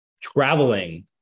traveling